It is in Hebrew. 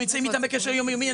אנחנו נמצאים איתם בקשר יום-יומי.